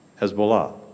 Hezbollah